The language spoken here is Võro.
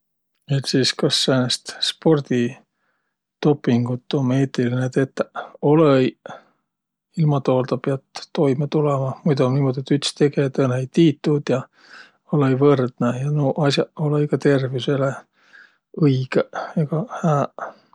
Et sis kas säänest spordi dopingut um eetiline tetäq? Olõ-õiq, ilma tooldaq piät toimõ tulõma. Muido um niimuudu, et üts tege ja tõõnõ ei tiiq tuud ja olõ-õi võrdnõ. Ja nuuq as'aq olõ-õi ka tervüsele õigõq egaq hääq.